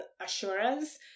assurance